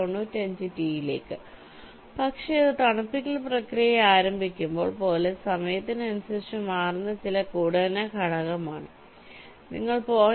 95 ടിയിലേക്ക് പക്ഷേ ഇത് തണുപ്പിക്കൽ പ്രക്രിയ ആരംഭിക്കുമ്പോൾ പോലെ സമയത്തിനനുസരിച്ച് മാറുന്ന ചില ഗുണന ഘടകമാണ് നിങ്ങൾ 0